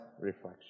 reflection